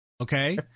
Okay